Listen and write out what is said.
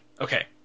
Okay